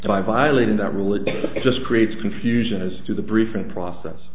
violated that religion it just creates confusion as to the briefing process